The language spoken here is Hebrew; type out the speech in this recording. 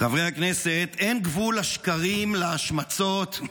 חברי הכנסת, אין גבול לשקרים, להשמצות.